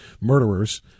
murderers